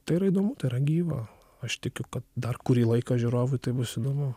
tai yra įdomu tai yra gyva aš tikiu kad dar kurį laiką žiūrovui tai bus įdomu